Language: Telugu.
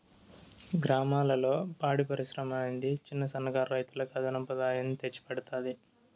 గ్రామాలలో పాడి పరిశ్రమ అనేది చిన్న, సన్న కారు రైతులకు అదనపు ఆదాయాన్ని తెచ్చి పెడతాది